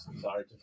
Sorry